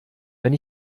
wenn